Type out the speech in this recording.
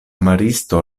maristo